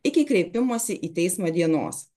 iki kreipimosi į teismą dienos